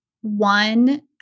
one